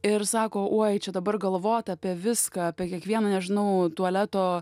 ir sako oi čia dabar galvot apie viską apie kiekvieną nežinau tualeto